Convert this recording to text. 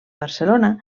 barcelona